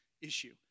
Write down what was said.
issue